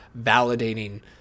validating